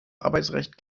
arbeitsrecht